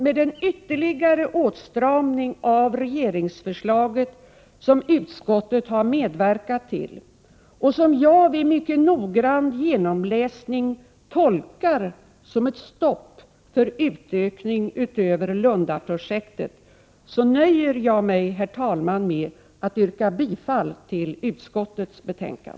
Med den ytterligare åtstramning av regeringsförslaget som utskottet medverkat till och som jag vid noggrann genomläsning tolkar som ett stopp för utökning utöver Lundaprojektet, nöjer jag mig med att yrka bifall till utskottets hemställan.